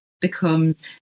becomes